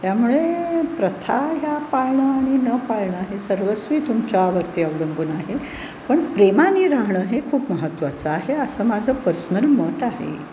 त्यामुळे प्रथा ह्या पाळणं आणि न पाळणं हे सर्वस्वी तुमच्यावरती अवलंबून आहे पण प्रेमाने राहणं हे खूप महत्त्वाचं आहे असं माझं पर्सनल मत आहे